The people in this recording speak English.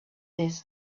this